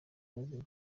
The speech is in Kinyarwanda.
bazima